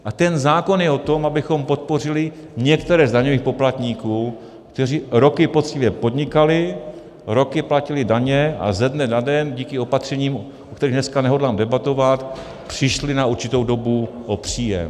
A ten zákon je o tom, abychom podpořili některé z daňových poplatníků, kteří roky poctivě podnikali, roky platili daně a ze dne na den díky opatřením, o kterých dneska nehodlám debatovat, přišli na určitou dobu o příjem.